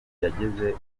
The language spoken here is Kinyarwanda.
yageze